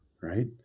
right